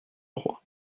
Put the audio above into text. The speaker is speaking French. roi